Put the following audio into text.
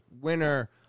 winner